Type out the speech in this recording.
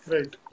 Right